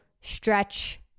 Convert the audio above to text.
stretch